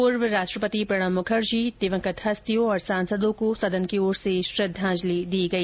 पूर्व राष्ट्रपति प्रणब मुखर्जी दिवंगत हस्तियों और सांसदों को सदन की ओर से श्रद्धांजलि दी गई